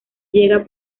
llega